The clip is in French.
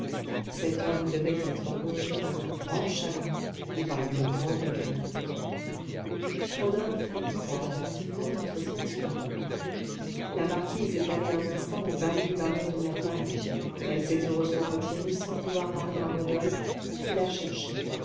cet homme devait être rongé par un grand chagrin ou par une grande haine rodolphe écouta attentivement l'entretien suivant la marquise est allée un instant au bal du baron de nerval elle s'est heureusement retirée sans pouvoir parler à rodolphe qui la cherchait